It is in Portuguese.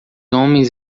homens